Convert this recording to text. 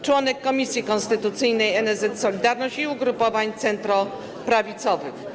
Członek Komisji Konstytucyjnej NSZZ „Solidarność” i ugrupowań centroprawicowych.